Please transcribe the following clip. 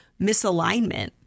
misalignment